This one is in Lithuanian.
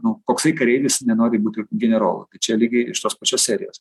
nu koksai kareivis nenori būti generolu čia lygiai iš tos pačios serijos